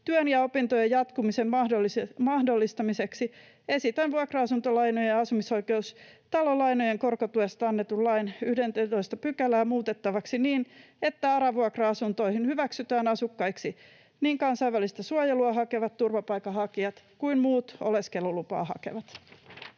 työn ja opintojen jatkumisen mahdollistamiseksi esitän vuokra-asuntolainojen ja asumisoikeustalolainojen korkotuesta annetun lain 11 §:ää muutettavaksi niin, että ARA-vuokra-asuntoihin hyväksytään asukkaiksi niin kansainvälistä suojelua hakevat turvapaikanhakijat kuin muut oleskelulupaa hakevat.